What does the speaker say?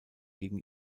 gegen